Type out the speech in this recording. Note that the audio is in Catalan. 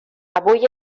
avui